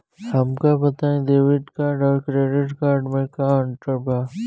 हमका बताई debit card और क्रेडिट कार्ड में का अंतर बा?